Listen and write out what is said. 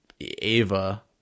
Ava